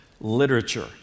literature